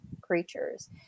creatures